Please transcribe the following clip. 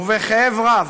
ובכאב רב,